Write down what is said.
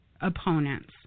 opponents